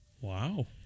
Wow